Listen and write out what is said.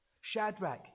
Shadrach